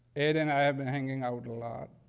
ed and i have been hanging out a lot.